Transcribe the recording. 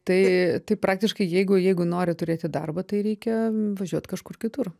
tai tai praktiškai jeigu jeigu nori turėti darbą tai reikia važiuot kažkur kitur